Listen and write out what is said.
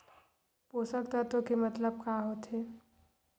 पोषक तत्व के मतलब का होथे?